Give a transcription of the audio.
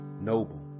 noble